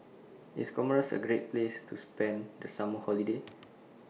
IS Comoros A Great Place to spend The Summer Holiday